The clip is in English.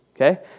okay